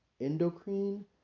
endocrine